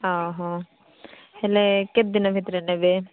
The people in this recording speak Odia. ହଁ ହଁ ହେଲେ କେତେ ଦିନ ଭିତରେ ନେବେ